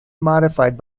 modified